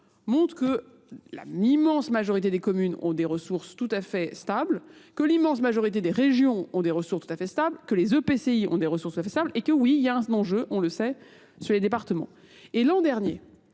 montrent que l'immense majorité des communes ont des ressources tout à fait stables, que l'immense majorité des régions ont des ressources tout à fait stables, que les EPCI ont des ressources tout à fait stables et que oui, il y a un enjeu, on le sait, sur les départements. Et l'an dernier,